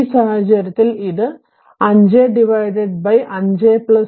ഈ സാഹചര്യത്തിൽ ഇത് 5 5 2 i1 ആണ്